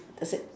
is it